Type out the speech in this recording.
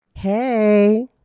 Hey